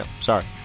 Sorry